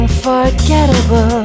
Unforgettable